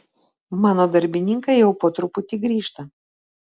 mano darbininkai jau po truputį grįžta